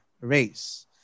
race